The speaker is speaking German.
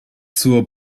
zur